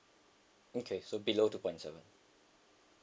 okay so below two point seven